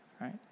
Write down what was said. right